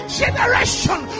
generation